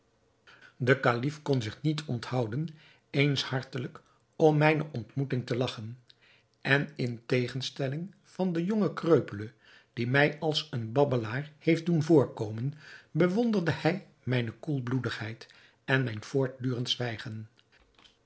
de kalif kon zich niet onthouden eens hartelijk om mijne ontmoeting te lagchen en in tegenstelling van den jongen kreupele die mij als een babbelaar heeft doen voorkomen bewonderde hij mijne koelbloedigheid en mijn voortdurend zwijgen